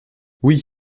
oui